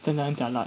真的很 jialat